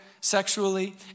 sexually